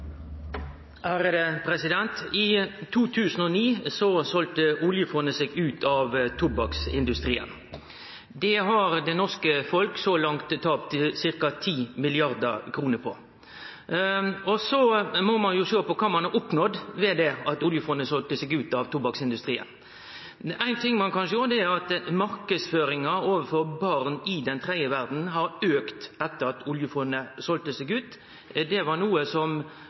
I 2009 selde oljefondet seg ut av tobakksindustrien, og det har det norske folket så langt tapt ca. 10 mrd. kr på. Så må ein sjå på kva ein har oppnådd ved at oljefondet selde seg ut av tobakksindustrien. Éin ting ein kan sjå, er at marknadsføringa overfor barn i den tredje verda har auka etter at oljefondet selde seg ut. Det var noko som